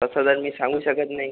तसं जर मी सांगू शकत नाही